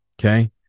okay